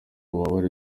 ububabare